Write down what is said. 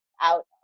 out